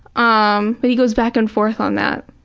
um but he goes back and forth on that.